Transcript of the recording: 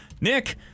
Nick